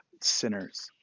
sinners